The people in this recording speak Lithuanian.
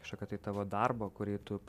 kažkokio tai tavo darbo kurį tu